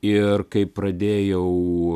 ir kai pradėjau